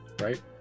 right